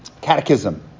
catechism